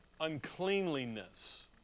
uncleanliness